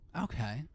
okay